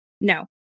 No